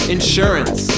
Insurance